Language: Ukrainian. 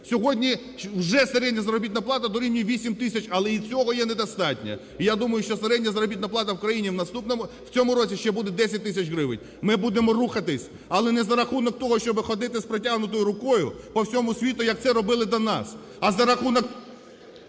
Сьогодні вже середня заробітна плата дорівнює 8 тисяч, але і цього є недостатньо. Я думаю, що середня заробітна плата в країні в цьому році ще буде 10 тисяч гривень. Ми будемо рухатись, але не за рахунок того, щоб ходити з протягнутою рукою по всьому світу, як це робили до нас, а за рахунок…